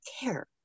care